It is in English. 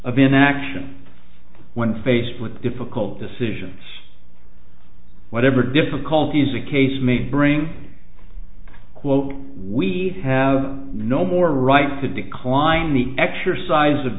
of inaction when faced with difficult decisions whatever difficulties a case may bring quote we have no more right to decline the exercise of